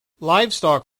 livestock